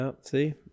See